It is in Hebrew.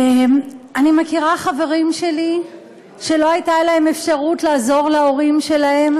אני מכירה חברים שלי שלא הייתה להם אפשרות לעזור להורים שלהם.